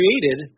created